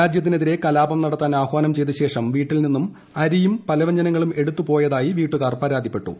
രാജ്യത്തിനെതിരെ കലാപം നടത്താൻ ആഹ്വാനം ചെയ്ത ീശേഷം വീട്ടിൽ നിന്നും അരിയും പലവ്യഞ്ജനങ്ങളും എടുത്ത് പോയതായി വീട്ടുകാർ പരാതിപ്പെട്ടു